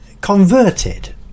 converted